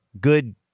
good